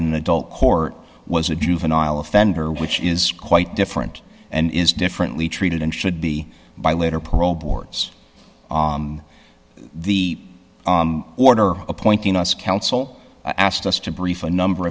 in adult court was a juvenile offender which is quite different and is differently treated and should be by later parole boards the order appointing us counsel asked us to brief a number